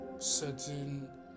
certain